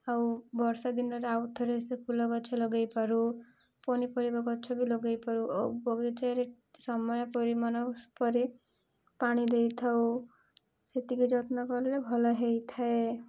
ଆଉ ବର୍ଷା ଦିନରେ ଆଉ ଥରେ ସେ ଫୁଲ ଗଛ ଲଗେଇପାରୁ ପନିପରିବା ଗଛ ବି ଲଗେଇପାରୁ ଆଉ ବଗିଚାରେ ସମୟ ପରିମାଣ ପରେ ପାଣି ଦେଇଥାଉ ସେତିକି ଯତ୍ନ କଲେ ଭଲ ହେଇଥାଏ